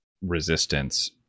resistance